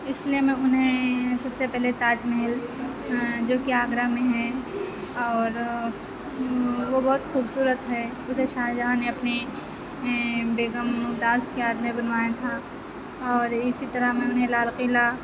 اِس لیے میں اُنہیں سب سے پہلے تاج محل جو کہ آگرہ میں ہے اور وہ بہت خوبصورت ہے اُسے شاہ جہاں نے اپنے بیگم ممتاز کی یاد میں بنوایا تھا اور اِسی طرح میں اُنہیں لال قلعہ